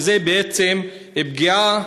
זו בעצם פגיעה